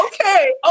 okay